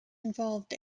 involved